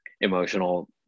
emotional